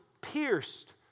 pierced